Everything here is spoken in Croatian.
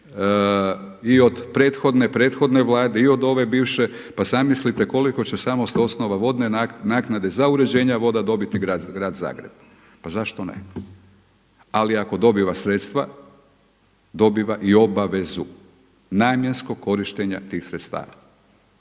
i od prethodne Vlade i od ove bivše, pa zamislite koliko će samo s osnova vodne naknade za uređenje voda dobiti grad Zagreb. Pa zašto ne. Ali ako dobiva sredstva, dobiva i obavezu namjenskog korištenja tih sredstava.